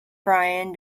brian